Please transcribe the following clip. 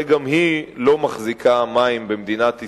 הרי גם היא לא מחזיקה מים במדינת ישראל,